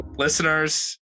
Listeners